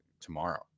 tomorrow